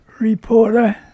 reporter